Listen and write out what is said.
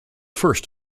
first